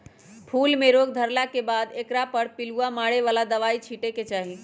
फूल में रोग धरला के बाद एकरा पर पिलुआ मारे बला दवाइ छिटे के चाही